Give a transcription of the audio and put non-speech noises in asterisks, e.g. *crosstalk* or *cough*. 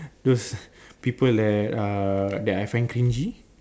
those *laughs* people that uh that I find cringey